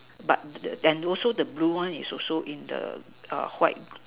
but the and also the blue one is also in the white